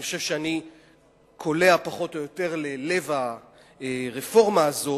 אני חושב שאני קולע פחות או יותר ללב הרפורמה הזו,